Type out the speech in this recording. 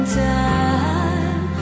time